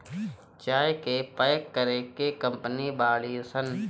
चाय के पैक करे के कंपनी बाड़ी सन